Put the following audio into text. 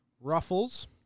Ruffles